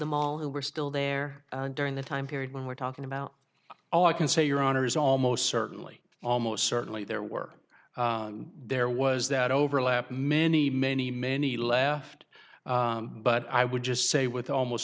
them all who were still there during the time period when we're talking about all i can say your honor is almost certainly almost certainly there were there was that overlap many many many left but i would just say with almost